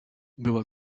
była